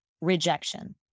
rejection